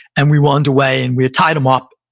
and we were underway. and we had tied him up,